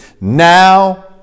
Now